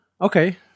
Okay